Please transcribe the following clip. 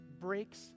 breaks